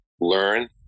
learn